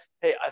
hey